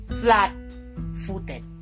flat-footed